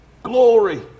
glory